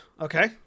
okay